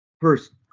first